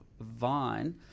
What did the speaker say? Vine